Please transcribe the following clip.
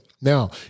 Now